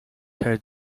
her